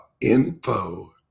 Info